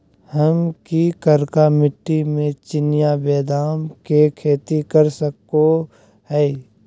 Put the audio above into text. हम की करका मिट्टी में चिनिया बेदाम के खेती कर सको है?